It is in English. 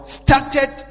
started